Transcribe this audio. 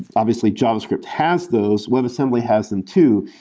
obviously, javascript has those. webassembly has them too.